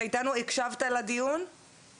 שמעתי פה גם דעות שונות לגבי הצורך בהכשרה אקדמית במקרים